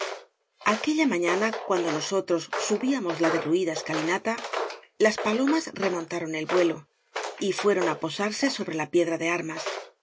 aquella mañana cuando nosotros subíamos la derruida esca linata las palomas remontaron el vuelo y fueron á posarse sobre la piedra de armas